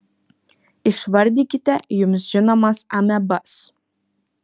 išvardykite jums žinomas amebas